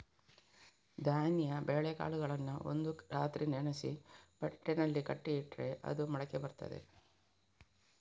ಧಾನ್ಯ ಬೇಳೆಕಾಳುಗಳನ್ನ ಒಂದು ರಾತ್ರಿ ನೆನೆಸಿ ಬಟ್ಟೆನಲ್ಲಿ ಕಟ್ಟಿ ಇಟ್ರೆ ಅದು ಮೊಳಕೆ ಬರ್ತದೆ